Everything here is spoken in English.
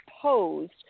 proposed